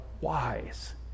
wise